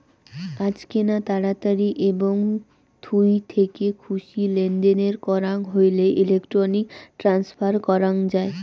আজকেনা তাড়াতাড়ি এবং থুই থেকে খুশি লেনদেন করাং হইলে ইলেক্ট্রনিক ট্রান্সফার করাং যাই